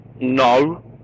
No